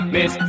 Miss